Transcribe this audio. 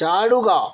ചാടുക